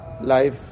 life